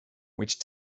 which